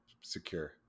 secure